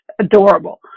adorable